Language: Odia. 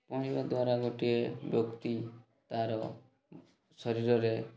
ପହଁରିବା ଦ୍ୱାରା ଗୋଟିଏ ବ୍ୟକ୍ତି ତା'ର ଶରୀରରେ